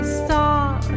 star